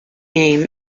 name